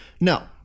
No